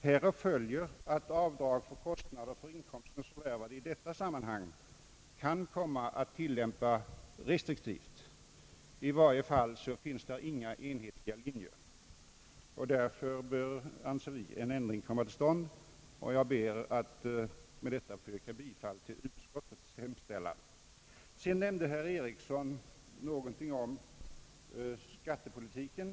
Härav följer att avdrag för kostnader för inkomstens förvärvande i detta sammanhang kan komma att beviljas restriktivt. I varje fall finns det inga enhetliga linjer. Därför anser vi att en ändring bör komma till stånd. Jag ber med detta att få yrka bifall till utskottets hemställan på denna punkt. Herr Einar Eriksson nämnde någonting om skattepolitiken.